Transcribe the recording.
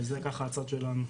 וזה ככה הצד שלנו.